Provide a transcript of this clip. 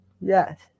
Yes